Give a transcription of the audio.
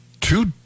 two